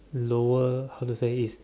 lower how to say it's